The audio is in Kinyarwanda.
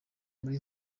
muri